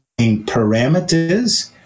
parameters